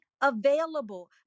available